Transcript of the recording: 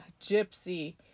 gypsy